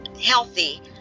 healthy